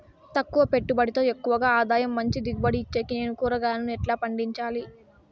తక్కువ పెట్టుబడితో ఎక్కువగా ఆదాయం మంచి దిగుబడి ఇచ్చేకి నేను కూరగాయలను ఎలా పండించాలి?